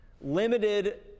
Limited